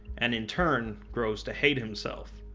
and in turn, grows to hate himself.